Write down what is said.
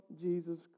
Jesus